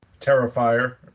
terrifier